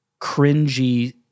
cringy